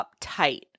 uptight